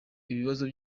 ibibazo